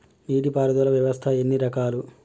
నీటి పారుదల వ్యవస్థ ఎన్ని రకాలు?